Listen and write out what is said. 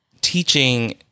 teaching